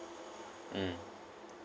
mm